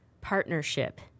partnership